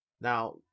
Now